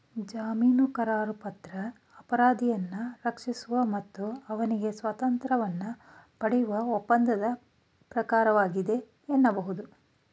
ಜಾಮೀನುಕರಾರುಪತ್ರ ಅಪರಾಧಿಯನ್ನ ರಕ್ಷಿಸುವ ಮತ್ತು ಅವ್ನಿಗೆ ಸ್ವಾತಂತ್ರ್ಯವನ್ನ ಪಡೆಯುವ ಒಪ್ಪಂದದ ಪ್ರಕಾರವಾಗಿದೆ ಎನ್ನಬಹುದು